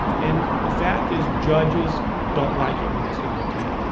and the fact is judges don't like it when there's not a tape.